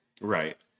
Right